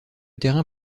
terrain